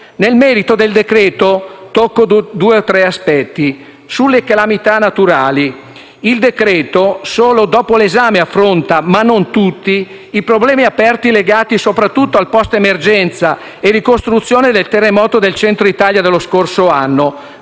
Nel merito del decreto-legge tocco due o tre aspetti. Sulle calamità naturali, il provvedimento solo dopo l'esame affronta, ma non tutti, i problemi aperti legati soprattutto al *post* emergenza e ricostruzione del terremoto del Centro Italia dello scorso anno.